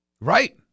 Right